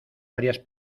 varias